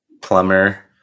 plumber